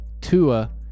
Tua